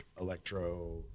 electro